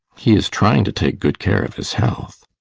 he is trying to take good care of his health.